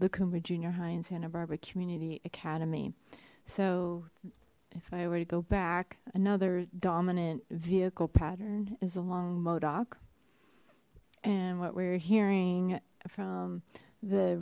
coomber junior high and santa barbara community academy so if i were to go back another dominant vehicle pattern is along modoc and what we're hearing from the